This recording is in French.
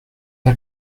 pas